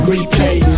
Replay